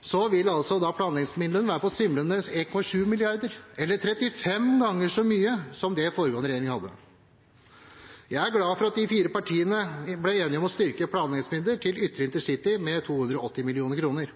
så mye som det forrige regjering hadde. Jeg er glad for at de fire partiene ble enige om å styrke planleggingsmidlene til ytre intercity med 280 mill. kr.